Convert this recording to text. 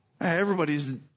Everybody's